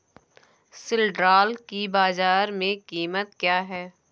सिल्ड्राल की बाजार में कीमत क्या है?